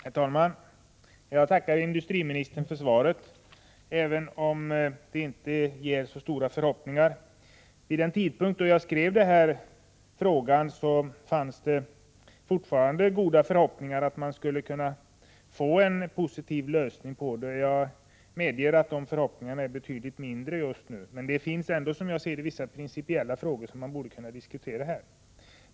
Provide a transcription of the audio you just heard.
Herr talman! Jag tackar industriministern för svaret, även om det inte inger så stora förhoppningar. Vid den tidpunkt då jag skrev frågan var utsikterna att man skulle kunna nå en positiv lösning fortfarande goda. Jag medger att de är betydligt sämre just nu. Men det finns ändå, som jag ser det, vissa principiella frågor som vi borde kunna diskutera här.